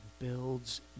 builds